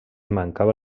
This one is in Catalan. mancava